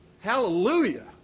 Hallelujah